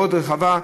מאוד רחבה.